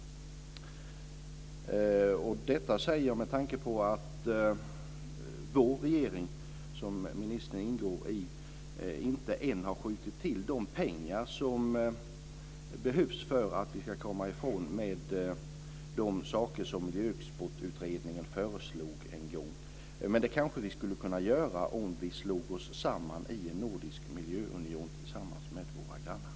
Detta säger jag med tanke på att vår regering, som miljöministern ingår i, inte än har skjutit till de pengar som behövs för att vi ska komma ifrån de saker som Miljöexportutredningen föreslog en gång. Det kanske vi skulle kunna göra om vi slog oss samman i en nordisk miljöunion med våra grannar.